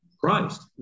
Christ